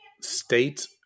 state